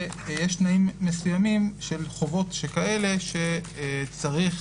יש תנאים מסוימים של חובות שכאלה, שצריך